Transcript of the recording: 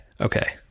okay